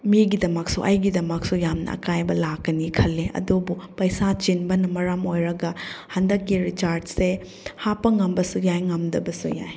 ꯃꯤꯒꯤꯗꯃꯛꯁꯨ ꯑꯩꯒꯤꯗꯃꯛꯁꯨ ꯌꯥꯝꯅ ꯑꯀꯥꯏꯕ ꯂꯥꯛꯀꯅꯤ ꯈꯜꯂꯦ ꯑꯗꯨꯕꯨ ꯄꯩꯁꯥ ꯆꯤꯟꯕꯅ ꯃꯔꯝ ꯑꯣꯏꯔꯒ ꯍꯟꯗꯛꯀꯤ ꯔꯤꯆꯥꯔꯖꯁꯦ ꯍꯥꯞꯄ ꯉꯝꯕꯁꯨ ꯌꯥꯏ ꯉꯝꯗꯕꯁꯨ ꯌꯥꯏ